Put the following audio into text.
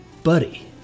Buddy